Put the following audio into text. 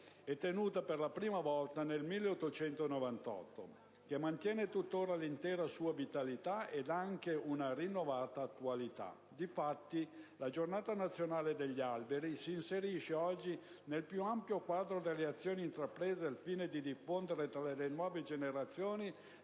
e tenuta per la prima volta nel 1898 - che mantiene tuttora l'intera sua vitalità ed anche una rinnovata attualità. Difatti, la «Giornata nazionale degli alberi» si inserisce oggi nel più ampio quadro delle azioni intraprese al fine di diffondere tra le nuove generazioni